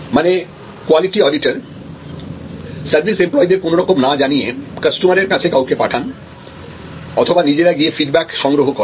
মানে কোয়ালিটি অডিটররা সার্ভিস এমপ্লয়ীদের কোনরকম না জানিয়ে কাস্টমারের কাছে কাউকে পাঠান অথবা নিজেরা গিয়ে ফিডব্যাক সংগ্রহ করেন